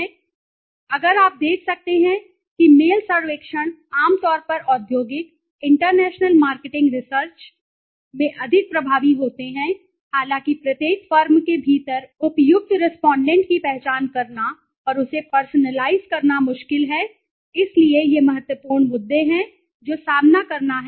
अगर पिछले एक अगर आप देख सकते हैं कि मेल सर्वेक्षण आम तौर पर औद्योगिक international marketing research international marketing research में अधिक प्रभावी होते हैं हालांकि प्रत्येक फर्म के भीतर उपयुक्त रेस्पोंडेंट की पहचान करना और उसे पर्सनलाइज़ करना मुश्किल है इसलिए ये महत्वपूर्ण मुद्दे हैं जो सामना करना है